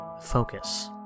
Focus